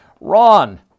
Ron